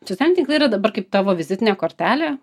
socialiniai tinklai yra dabar kaip tavo vizitinė kortelė